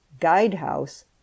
guidehouse